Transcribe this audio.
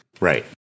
Right